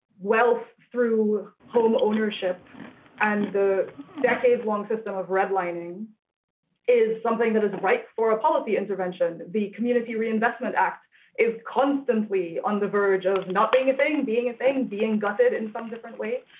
wealth through home ownership and the decades long system of redlining is something that is ripe for a policy intervention the community reinvestment act is constantly on the verge of not being a thing, being a thing, being gutted in some different way.